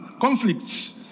conflicts